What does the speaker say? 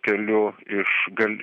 keliu iš gal